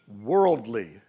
worldly